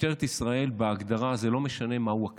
משטרת ישראל בהגדרה, זה לא משנה מהו הכלי,